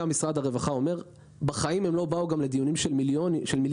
גם משרד הרווחה אמר שלדיונים של מיליארדים